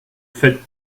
faites